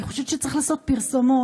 אני חושבת שצריך לעשות פרסומות,